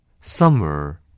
summer